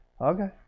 okay